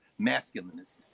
masculinist